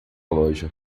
loja